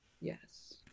Yes